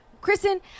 Kristen